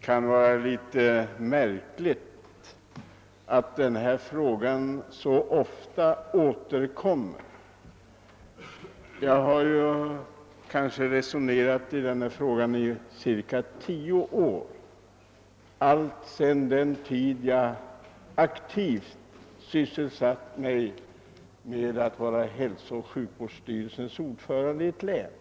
Det kan synas märkligt att denna fråga återkommer så ofta; jag har agerat i ärendet i bortåt tio år, dvs. lika länge som jag har varit hälsooch sjukvårds styrelsens ordförande i ett län.